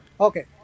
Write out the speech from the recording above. Okay